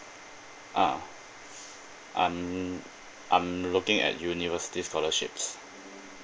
uh I'm I'm looking at universities scholarships